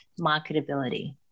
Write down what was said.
marketability